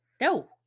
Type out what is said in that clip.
No